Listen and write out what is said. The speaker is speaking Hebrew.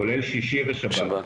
שישי ושבת.